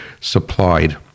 supplied